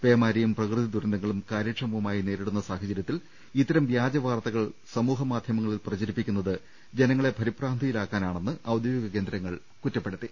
പേമാരിയും പ്രകൃതി ദുരന്തങ്ങളും കാര്യക്ഷമമായി നേരിടുന്ന സാഹചര്യത്തിൽ ഇത്തരം വ്യാജ വാർത്തകൾ സാമൂഹ്യമാ ധ്യമങ്ങളിൽ പ്രചരിപ്പിക്കുന്നത് ജനങ്ങളെ പരിഭ്രാന്തിയിലാക്കാ നാണെന്ന് ഔദ്യോഗിക കേന്ദ്രങ്ങൾ വ്യക്തമാക്കി